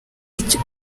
icyo